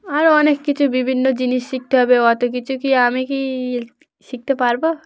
আরও অনেক কিছু বিভিন্ন জিনিস শিখতে হবে অত কিছু কি আমি কি শিখতে পারব